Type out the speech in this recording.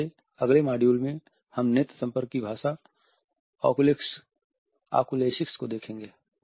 हमारे अगले मॉड्यूल में हम नेत्र संपर्क की भाषा ओकुलेसिक्स को देखेंगे